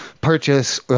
Purchase